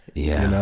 yeah.